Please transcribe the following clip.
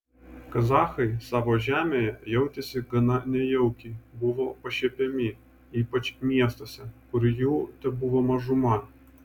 kazachai savo žemėje jautėsi gana nejaukiai buvo pašiepiami ypač miestuose kur jų tebuvo mažuma